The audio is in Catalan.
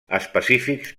específics